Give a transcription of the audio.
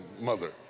mother